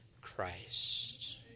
Christ